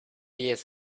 years